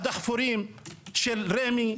הדחפורים של רמ"י,